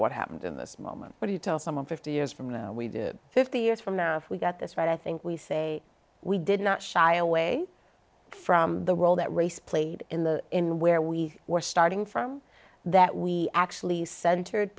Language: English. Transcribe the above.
what happened in this moment what do you tell someone fifty years from now we do fifty years from now if we get this right i think we say we did not shy away from the role that race played in the in where we were starting from that we actually centered